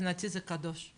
מבחינתי זה קדוש,